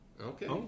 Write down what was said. Okay